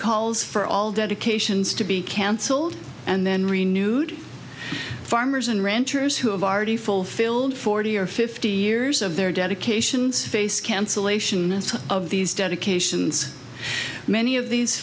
calls for all dedications to be cancelled and then renewed farmers and ranchers who have already fulfilled forty or fifty years of their dedications face cancellation of these dedications many of these